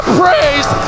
praise